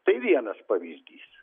tai vienas pavyzdys